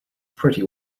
pretty